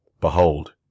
Behold